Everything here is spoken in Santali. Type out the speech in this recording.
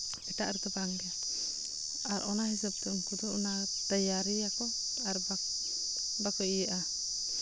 ᱮᱴᱟᱜ ᱨᱮᱫᱚ ᱵᱟᱝᱜᱮ ᱟᱨ ᱚᱱᱟ ᱦᱤᱥᱟᱹᱵᱽᱛᱮ ᱩᱱᱠᱩ ᱫᱚ ᱚᱱᱟ ᱛᱮᱭᱟᱨᱤ ᱟᱠᱚ ᱟᱨ ᱵᱟᱝ ᱵᱟᱠᱚ ᱤᱭᱟᱹᱜᱼᱟ